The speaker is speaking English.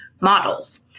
models